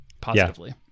positively